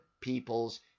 people's